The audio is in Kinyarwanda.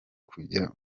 kujya